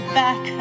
back